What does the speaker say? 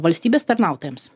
valstybės tarnautojams